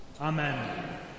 amen